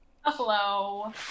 Hello